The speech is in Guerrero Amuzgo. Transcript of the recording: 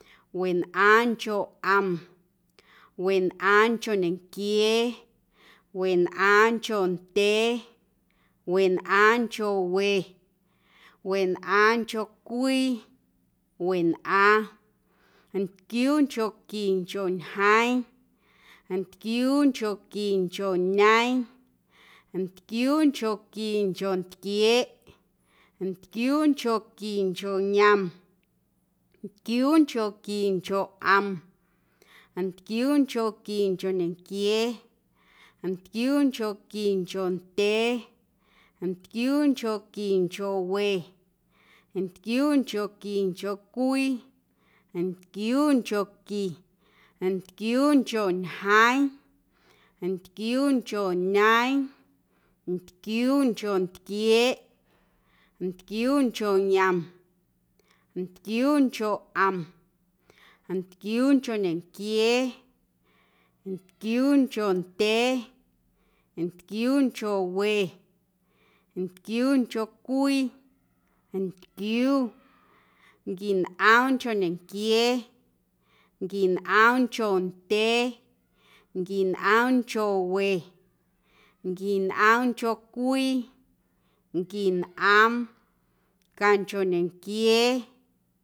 Wenꞌaaⁿncho ꞌom, wenꞌaaⁿncho ñenquiee, wenꞌaaⁿncho ndyee, wenꞌaaⁿncho we, wenꞌaaⁿncho cwii, wenꞌaaⁿ, ntquiuunchonquincho ñjeeⁿ, ntquiuunchonquincho ñeeⁿ, ntquiuunchonquincho ntquieeꞌ, ntquiuunchonquincho yom, ntquiuunchonquincho ꞌom, ntquiuunchonquincho ñenquiee, ntquiuunchonquincho ndyee, ntquiuunchonquincho we, ntquiuunchonquincho cwii, ntquiuunchonqui, ntquiuuncho ñjeeⁿ, ntquiuuncho ñeeⁿ, ntquiuuncho ntquieeꞌ, ntquiuuncho yom, ntquiuuncho ꞌom, ntquiuuncho ñenquiee, ntquiuuncho ndyee, ntquiuuncho we, ntquiuuncho cwii, ntquiuu, nquinꞌoomncho ñenquiee, nquinꞌoomncho ndyee, nquinꞌoomncho we, nquinꞌoomncho cwii, nquinꞌoom, canchoñenquiee.